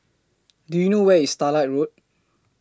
Do YOU know Where IS Starlight Road